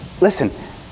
Listen